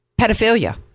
pedophilia